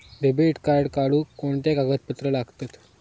Debit card काढुक कोणते कागदपत्र लागतत?